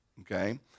okay